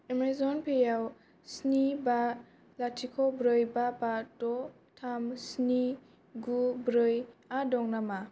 Amazon पेआव स्नि बा लाथिख' ब्रै बा बा द थाम स्नि गु ब्रैआ दं नामा